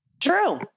True